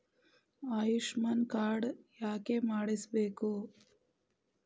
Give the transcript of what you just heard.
Ayushman card ಯಾಕೆ ಮಾಡಿಸಬೇಕು?